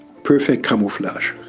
perfect camouflage,